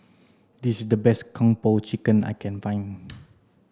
this is the best kung po chicken I can find